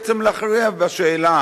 בעצם להכריע בשאלה